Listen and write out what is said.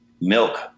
milk